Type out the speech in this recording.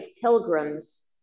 pilgrims